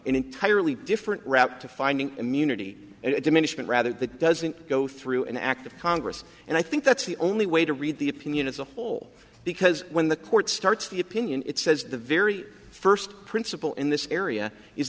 entirely different route to finding immunity and diminishment rather that doesn't go through an act of congress and i think that's the only way to read the opinion as a whole because when the court starts the opinion it says the very first principle in this area is